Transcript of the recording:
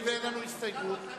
לא בבת-אחת.